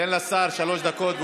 תן לשר שלוש דקות.